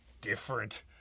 different